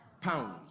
pounds